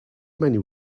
many